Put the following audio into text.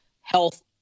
health